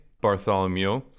Bartholomew